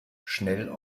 schnell